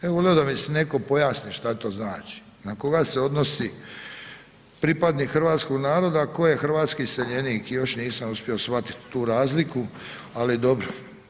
Evo volio bi da mi se netko pojasni šta to znači, na koga se odnosi pripadnik hrvatskog naroda a tko je hrvatski iseljenik, još nisam uspio shvatit tu razliku, ali dobro.